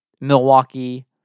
Milwaukee